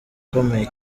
ukomeye